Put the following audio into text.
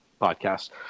podcast